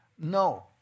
No